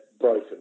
broken